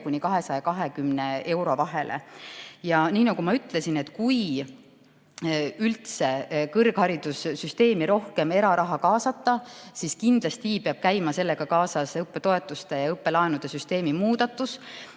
ja 220 euro vahele. Nii nagu ma ütlesin, kui kõrgharidussüsteemi rohkem eraraha kaasata, siis kindlasti peab käima sellega kaasas õppetoetuste ja õppelaenude süsteemi muutmine